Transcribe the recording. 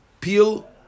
peel